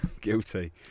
Guilty